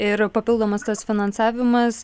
ir papildomas tas finansavimas